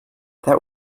that